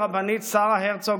הרבנית שרה הרצוג,